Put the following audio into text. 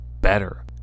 better